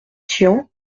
tian